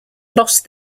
lost